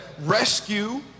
rescue